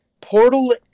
Portal